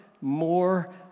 more